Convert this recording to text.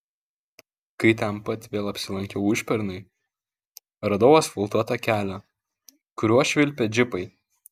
kai ten pat vėl apsilankiau užpernai radau asfaltuotą kelią kuriuo švilpė džipai